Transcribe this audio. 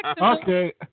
Okay